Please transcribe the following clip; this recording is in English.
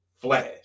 Flash